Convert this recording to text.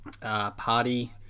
party